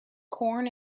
corn